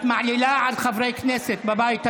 את מעלילה על חברי כנסת בבית הזה,